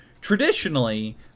traditionally